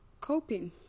coping